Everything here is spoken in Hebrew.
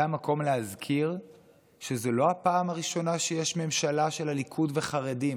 זה המקום להזכיר שזו לא הפעם הראשונה שיש ממשלה של הליכוד וחרדים.